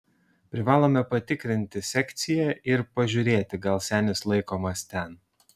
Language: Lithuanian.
privalome patikrinti sekciją ir pažiūrėti gal senis laikomas ten